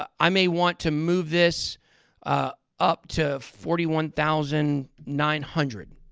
i may want to move this up to forty one thousand nine hundred.